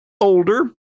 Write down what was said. older